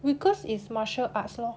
weakest is martial arts lor